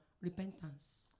Repentance